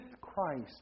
Christ